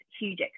huge